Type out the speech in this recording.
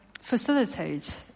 facilitate